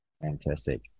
Fantastic